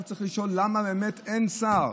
ועכשיו צריך לשאול למה באמת אין שר.